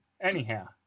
Anyhow